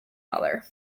mother